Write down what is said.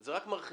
זה רק מרחיב.